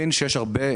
יש